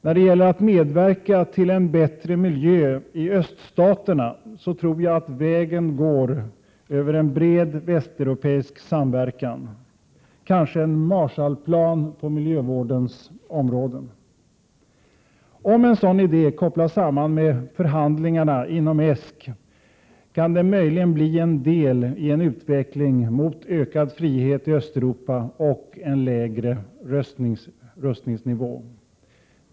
I fråga om att medverka till en bättre miljö i öststaterna tror jag att vägen går över en bred västeuropeisk samverkan, kanske en Marschallplan på miljövårdens område. Om en sådan idé kopplas samman med förhandlingarna inom ESK kan det möjligen bli en del i en utveckling mot ökad frihet i Östeuropa och en lägre rustningsnivå.